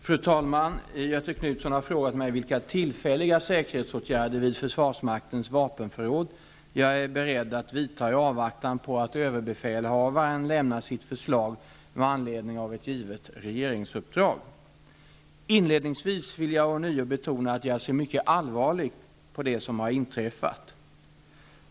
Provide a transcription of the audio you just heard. Fru talman! Göthe Knutson har frågat mig vilka tillfälliga säkerhetsåtgärder vid försvarsmaktens vapenförråd jag är beredd att vidta i avvaktan på att överbefälhavaren lämnar sitt förslag med anledning av ett givet regeringsuppdrag. Inledningsvis vill jag ånyo betona att jag ser mycket allvarligt på det som har inträffat.